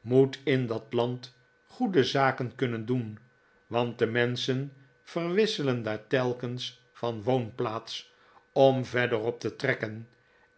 moet in dat land goede zaken kunnen doen want de menschen verwisselen daar telkens van woonplaats om verderop te trekken